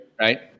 Right